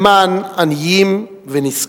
למען עניים ונזקקים.